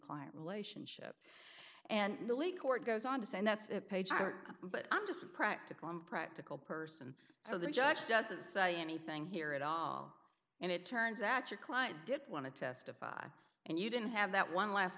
client relationship and the league court goes on to say that's it page but i'm just a practical i'm practical person so the judge doesn't say anything here at all and it turns out your client didn't want to testify and you didn't have that one last